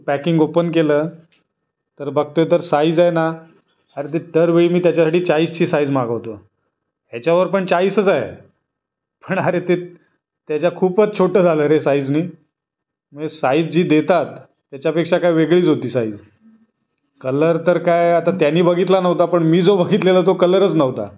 packing open केलं तर बघतोय तर साईज आहे ना अरे ते दर वेळी मी त्याच्यासाठी चाळीसची साईज मागवतो हेच्यावरपण चाळीसच आहे पण अरे ते त्याच्या खूपच छोटं झालं रे साईजनी मये साईज जी देतात तेच्यापेक्षा काय वेगळीच होती साईज कलर तर काय आता त्यानी बघितला नव्हता पण मी जो बघितलेला तो कलरच नव्हता